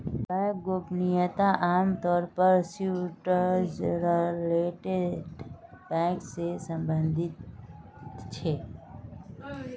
bank गोपनीयता आम तौर पर स्विटज़रलैंडेर बैंक से सम्बंधित छे